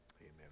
amen